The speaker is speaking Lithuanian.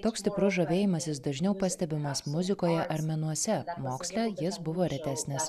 toks stiprus žavėjimasis dažniau pastebimas muzikoje ar menuose moksle jis buvo retesnis